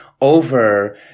over